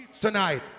tonight